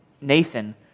Nathan